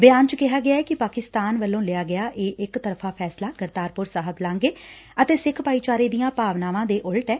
ਬਿਆਨ ਚ ਕਿਹਾ ਗਿਐ ਕਿ ਪਾਕਿਸਤਾਨ ਵਲੋ ਲਿਆ ਗਿਆ ਇਹ ਇਕ ਤਰਫਾ ਫੈਸਲਾ ਕਰਤਾਰਪੁਰ ਸਾਹਿਬ ਲਾਘੇ ਅਤੇ ਸਿੱਖ ਭਾਈਚਾਰੇ ਦੀਆ ਭਾਵਨਾਵਾਂ ਦੇ ਉਲਟ ਐ